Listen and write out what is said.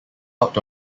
out